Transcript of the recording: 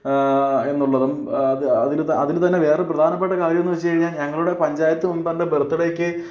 എന്നുള്ളതും അത് അതിൽ അതിൽ തന്നെ വേറൊരു പ്രധാനപ്പെട്ട കാര്യം എന്ന് വച്ച് കഴിഞ്ഞാൽ ഞങ്ങളുടെ പഞ്ചായത്ത് മെമ്പറിൻ്റെ ബർത്ത് ഡേയ്ക്ക്